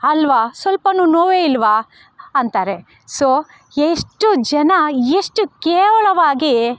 ಅಲ್ವ ಸ್ವಲ್ಪವೂ ನೋವೇ ಇಲ್ವ ಅಂತಾರೆ ಸೊ ಎಷ್ಟು ಜನ ಎಷ್ಟು ಕೇವಲವಾಗಿ